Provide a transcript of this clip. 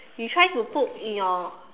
you try to put in your